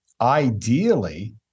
ideally